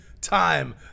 time